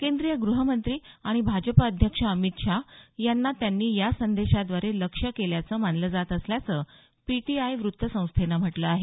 केंद्रीय गृहमंत्री आणि भाजप अध्यक्ष अमित शाह यांना त्यांनी या संदेशाद्वारे लक्ष्य केल्याचं मानलं जात असल्याचं पीटीआय वृत्तसंस्थेनं म्हटलं आहे